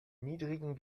niedrigen